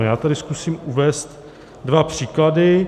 Já tady zkusím uvést dva příklady.